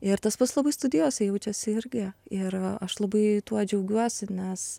ir tas pats labai studijose jaučiasi irgi ir aš labai tuo džiaugiuosi nes